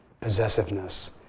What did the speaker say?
possessiveness